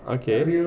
okay